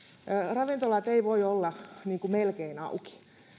ravintolat eivät voi olla melkein auki